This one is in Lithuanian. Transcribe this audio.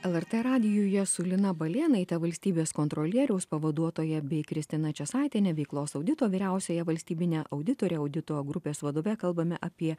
lrt radijuje su lina balėnaite valstybės kontrolieriaus pavaduotoja bei kristina česaitiene veiklos audito vyriausiąja valstybine auditore audito grupės vadove kalbame apie